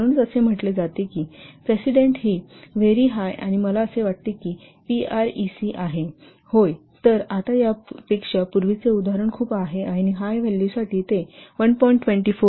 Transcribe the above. म्हणूनच असे म्हटले जाते की प्रेसिडेंस ही व्हेरी हाय आहे आणि मला वाटते की PREC आहे होय तर आता यापेक्षा पूर्वीचे उदाहरण खूप हाय आहे आणि हाय व्हॅल्यूसाठी ते 1